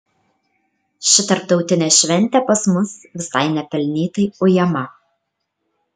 ši tarptautinė šventė pas mus visai nepelnytai ujama